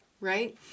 right